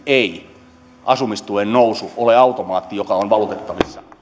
ei asumistuen nousu ole automaatti joka on valutettavissa